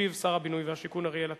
ישיב שר הבינוי והשיכון אריאל אטיאס.